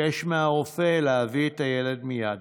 ביקש מהרופא להביא את הילד מייד.